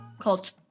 culture